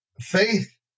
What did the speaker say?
Faith